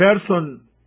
person